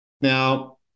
Now